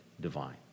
divine